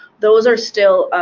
those are still,